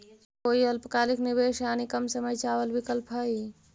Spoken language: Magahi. का कोई अल्पकालिक निवेश यानी कम समय चावल विकल्प हई?